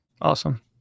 Awesome